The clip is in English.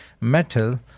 Metal